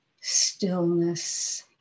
stillness